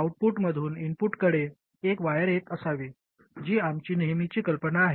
आउटपुटमधून इनपुटकडे एक वायर येत असावी जी आमची नेहमीची कल्पना आहे